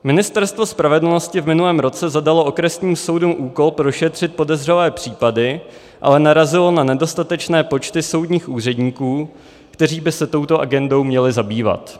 Ministerstvo spravedlnosti v minulém roce zadalo okresním soudům úkol prošetřit podezřelé případy, ale narazilo na nedostatečné počty soudních úředníků, kteří by se touto agendou měli zabývat.